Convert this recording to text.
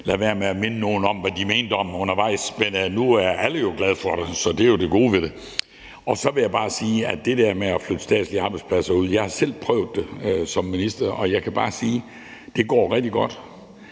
lade være med at minde nogen om hvad de mente om undervejs. Nu er alle jo glade for det, så det er det gode ved det. Så vil jeg bare sige til det der med at flytte statslige arbejdspladser ud, at jeg selv har prøvet det som minister, og jeg kan bare sige, at det går rigtig godt.